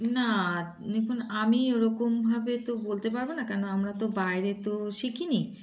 না দেখুন আমি ওরকমভাবে তো বলতে পারবো না কেন আমরা তো বাইরে তো শিখিনি